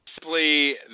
simply